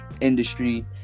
industry